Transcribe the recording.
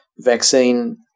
Vaccine